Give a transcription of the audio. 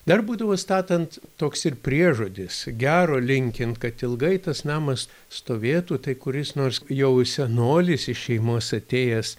dar būdavo statant toks ir priežodis gero linkint kad ilgai tas namas stovėtų tai kuris nors jau senolis iš šeimos atėjęs